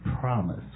promise